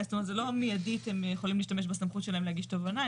זאת אומרת זה לא מיידית הם יכולים להשתמש בסמכות שלהם להגיש תובענה,